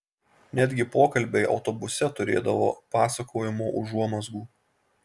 netgi pokalbiai autobuse turėdavo pasakojimo užuomazgų